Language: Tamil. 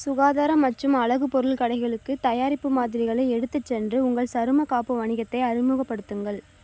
சுகாதார மற்றும் அழகு பொருள் கடைகளுக்கு தயாரிப்பு மாதிரிகளை எடுத்துச்சென்று உங்கள் சருமக்காப்பு வணிகத்தை அறிமுகப்படுத்துங்கள்